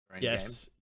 Yes